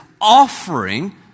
offering